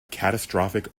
catastrophic